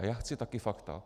Já chci taky fakta.